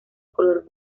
color